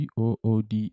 Good